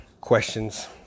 questions